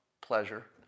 pleasure